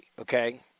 okay